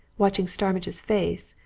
watching starmidge's face,